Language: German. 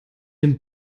dem